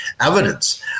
evidence